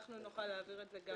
נוכל להעביר את זה.